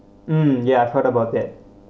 mm ya I've heard about that